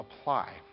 apply